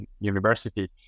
university